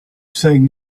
saying